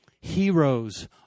Heroes